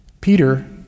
Peter